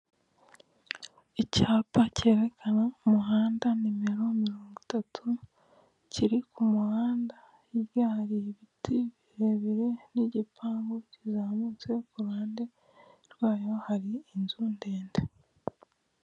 Icyapa kerekana umuhanda nimero mirongo itatu, kiri ku muhanda, hirya hari ibiti birebire n'igipangu kizamutse, ku ruhande rwayo hari inzu ndende.